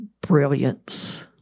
brilliance